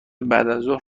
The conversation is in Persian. بعدازظهر